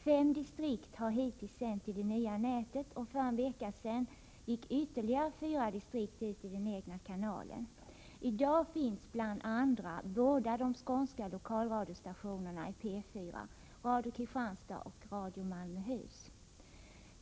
Fem distrikt har hittills sänt i det nya nätet, och för en vecka sedan gick ytterligare fyra distrikt ut i den egna kanalen. I dag finns bl.a. båda de skånska lokalradiostationerna, Radio Kristianstad och Radio Malmöhus, i P 4.